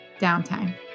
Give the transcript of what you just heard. Downtime